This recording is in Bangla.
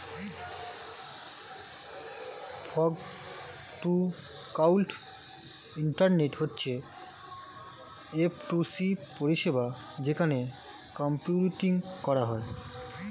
ফগ টু ক্লাউড ইন্টারনেট হচ্ছে এফ টু সি পরিষেবা যেখানে কম্পিউটিং করা হয়